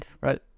right